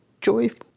joyful